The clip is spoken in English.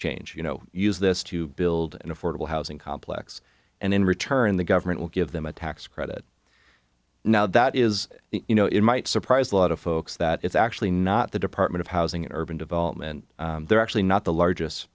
change you know use this to build an affordable housing complex and in return the government will give them a tax credit now that is you know it might surprise a lot of folks that it's actually not the department of housing and urban development they're actually not the largest